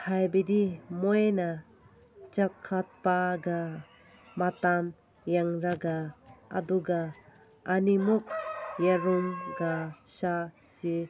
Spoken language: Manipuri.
ꯍꯥꯏꯕꯗꯤ ꯃꯣꯏꯅ ꯆꯥꯎꯈꯠꯄꯒ ꯃꯇꯝ ꯌꯦꯡꯂꯒ ꯑꯗꯨꯒ ꯑꯅꯤꯃꯛ ꯌꯦꯔꯨꯝꯒ ꯁꯥꯁꯤ